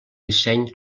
disseny